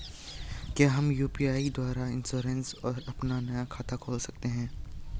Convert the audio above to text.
क्या हम यु.पी.आई द्वारा इन्श्योरेंस और अपना नया खाता खोल सकते हैं?